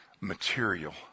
material